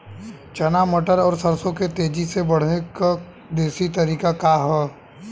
चना मटर और सरसों के तेजी से बढ़ने क देशी तरीका का ह?